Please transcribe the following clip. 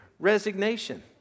Resignation